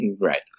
Right